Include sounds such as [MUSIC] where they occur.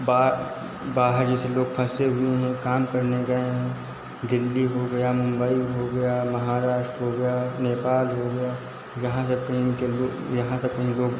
बा बहार जैसे लोग फसे हुए हैं काम करने गए हैं दिल्ली हो गया मुंबई उ हो गया महाराष्ट्र हो गया नेपाल हो गया यहाँ जब कहीं निकालिये यहाँ [UNINTELLIGIBLE] लोग